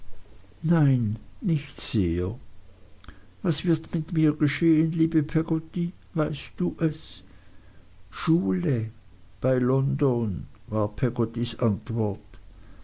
nein nicht sehr was wird mit mir geschehen liebe peggotty weißt du es schule bei london war peggottys antwort